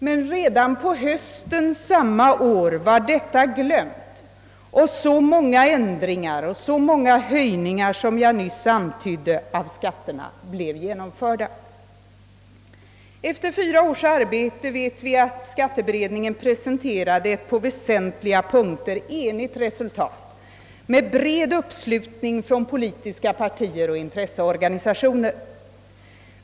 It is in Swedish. Men redan på hösten samma år var detta glömt och alla de ändringar och höjningar av skatterna som jag nyss räknade upp genomfördes. Efter fyra års arbete presenterade skatteberedningen ett på väsentliga punkter enigt resultat med bred uppslutning från politiska partier och intresseorganisationer.